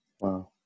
Wow